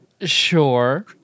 sure